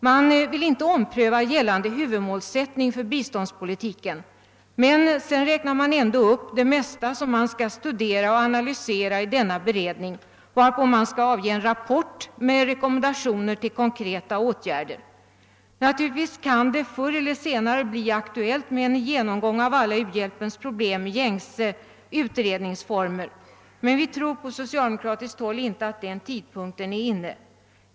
Man säger att man inte vill om pröva gällande huvudmålsättning för biståndspolitiken, men sedan räknar man ändå upp en hel rad saker som denna beredning skall studera och analysera, varpå den skall avge en rapport med rekommendationer till konkreta åtgärder. Naturligtvis kan det senare bli aktuellt med en genomgång av u-hjälpens alla problem i gängse utredningsformer, men på socialdemokratiskt håll tror vi inte att tidpunkten för detta är inne.